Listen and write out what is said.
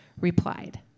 replied